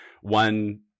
one